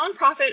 nonprofit